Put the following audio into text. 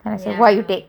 and I said why you take